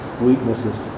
weaknesses